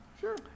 Sure